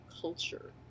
culture